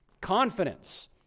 Confidence